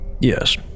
Yes